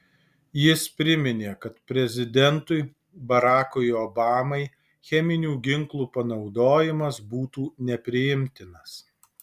jis priminė kad prezidentui barackui obamai cheminių ginklų panaudojimas būtų nepriimtinas